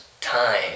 time